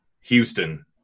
Houston –